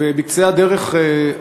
ובקצה הדרך,